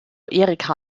erika